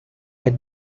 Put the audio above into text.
yet